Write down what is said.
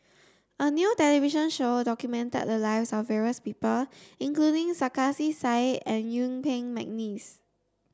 a new television show documented the lives of various people including Sarkasi Said and Yuen Peng McNeice